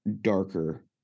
darker